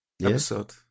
episode